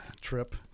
trip